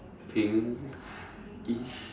pinkish